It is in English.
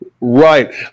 Right